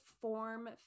form